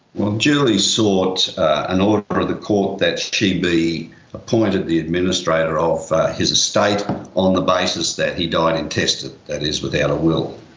well, julie sought an order of the court that she be appointed the administrator of his estate on the basis that he died intestate, that is without a will.